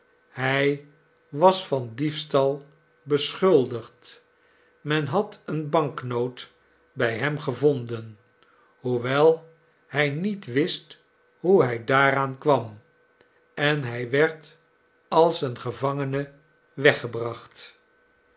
hij was van diefstal beschuldigd men had eene banknoot bij hem gevonden hoewel hij niet wist hoe hij daaraan kwam en hij werd als een gevangene weggebracht